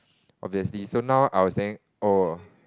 obviously so now I was telling oh